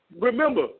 remember